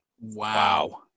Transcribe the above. Wow